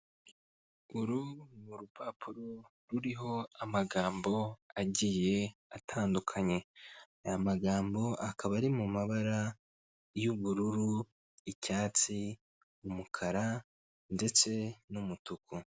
Uru ni rupapuro ruriho amagambo agiye atandukanye aya magambo akaba ari mabara y'ubururu, icyatsi, umukara ndetse n'umutuku.